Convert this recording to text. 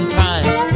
time